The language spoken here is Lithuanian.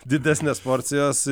didesnes porcijas